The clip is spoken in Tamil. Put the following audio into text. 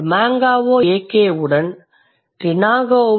tumengao ak உடன் tengaoஐ ஒப்பிடுவோம்